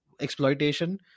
exploitation